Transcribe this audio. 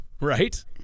Right